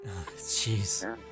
Jeez